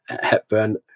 Hepburn